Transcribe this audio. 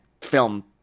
film